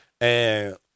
And-